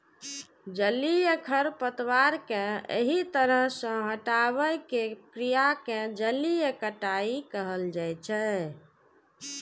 जलीय खरपतवार कें एहि तरह सं हटाबै के क्रिया कें जलीय कटाइ कहल जाइ छै